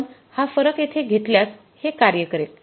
आपण हा फरक येथे घेतल्यास हे कार्य करेल